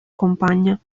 compagna